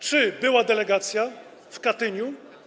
Czy była delegacja w Katyniu?